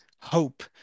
hope